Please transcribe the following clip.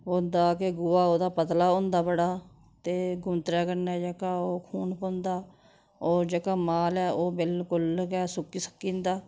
होंदा कि गुहा ओह्दा पतला होंदा बड़ा ते गुंत्तरै कन्नै जेह्का ओह् खून पौंदा ओह् जेह्का माल ऐ ओह् बिलकुल गै सुक्की सक्की जंदा